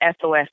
SOS